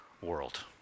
world